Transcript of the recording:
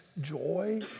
joy